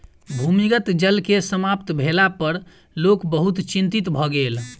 भूमिगत जल के समाप्त भेला पर लोक बहुत चिंतित भ गेल